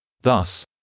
Thus